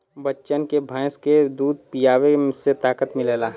बच्चन के भैंस के दूध पीआवे से ताकत मिलेला